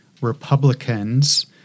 Republicans